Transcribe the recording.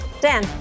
Dan